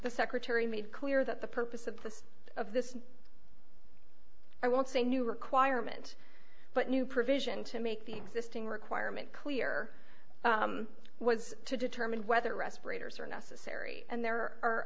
the secretary made clear that the purpose of this of this i won't say new requirement but new provision to make the existing requirement clear was to determine whether respirators are necessary and there are